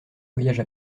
voyages